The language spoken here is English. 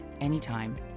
anytime